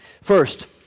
First